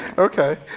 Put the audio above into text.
okay,